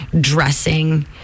dressing